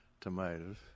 tomatoes